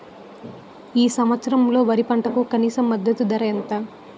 ఈ సంవత్సరంలో వరి పంటకు కనీస మద్దతు ధర ఎంత?